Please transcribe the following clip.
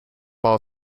ball